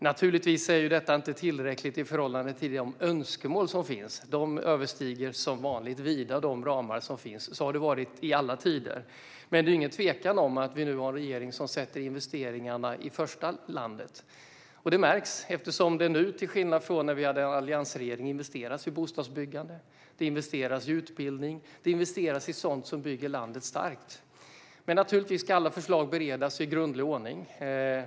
Naturligtvis är det inte tillräckligt i förhållande till de önskemål som finns. De överstiger som vanligt vida existerande ramar. Så har det varit i alla tider. Men det är ingen tvekan om att vi nu har en regering som sätter investeringarna i första rummet. Det märks eftersom det nu, till skillnad från när vi hade en alliansregering, investeras i bostadsbyggande, i utbildning och i sådant som bygger landet starkt. Men naturligtvis ska alla förslag beredas grundligt i vanlig ordning.